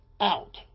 out